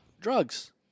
Drugs